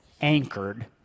anchored